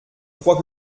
crois